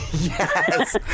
Yes